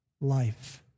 life